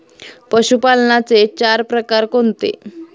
पशुपालनाचे चार प्रकार कोणते?